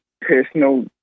personal